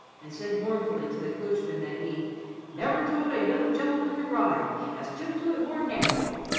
and said mournfully to the coachman that he never taught a young gen'leman to ride as took to it more nat'ral,